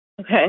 Okay